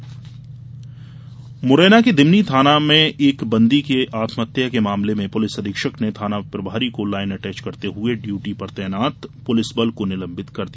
बंदी मौत मुरैना के दिमनी थाना में एक बंदी के आत्महत्या के मामले में पुलिस अधीक्षक ने थाना प्रभारी को लाइन अटैच करते हुए ड्यूटी पर तैनात पुलिसबल को निलंबित कर दिया